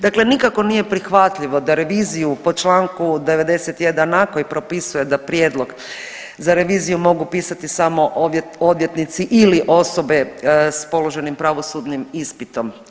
Dakle, nikako nije prihvatljivo da reviziju po članku 91a. Koji propisuje da prijedlog za reviziju mogu pisati samo odvjetnici ili osobe sa položenim pravosudnim ispitom.